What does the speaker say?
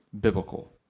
biblical